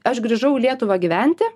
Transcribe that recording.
aš grįžau į lietuvą gyventi